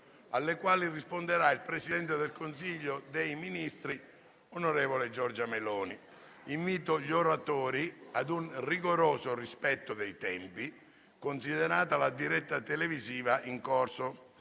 alle quali risponderà il Presidente del Consiglio dei ministri. Invito gli oratori ad un rigoroso rispetto dei tempi, considerata la diretta televisiva in corso.